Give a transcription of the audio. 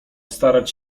starać